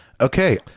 Okay